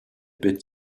bit